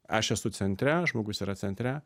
aš esu centre žmogus yra centre